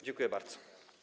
Dziękuję bardzo.